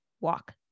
walk